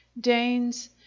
danes